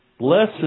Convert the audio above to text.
Blessed